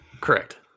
Correct